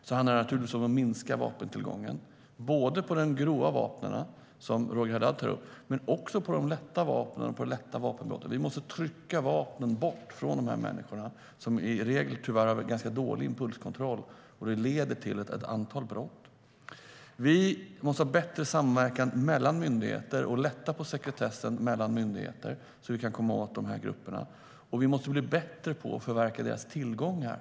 Det handlar naturligtvis om att minska vapentillgången, både grova vapen som Roger Haddad tar upp och lätta vapen. Vi måste trycka vapnen bort från dessa människor, som i regel har en dålig impulskontroll som leder till ett antal brott. Vi måste ha bättre samverkan mellan myndigheter och lätta på sekretessen mellan myndigheter så att vi kan komma åt grupperna. Vi måste bli bättre på att förverka deras tillgångar.